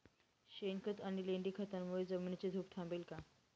शेणखत आणि लेंडी खतांमुळे जमिनीची धूप थांबेल का?